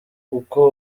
uko